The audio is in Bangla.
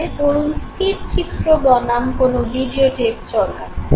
ধরুন স্থির চিত্র বনাম কোন ভিডিওটেপে চলা কিছু